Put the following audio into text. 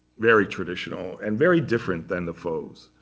very traditional and very different than the fauves.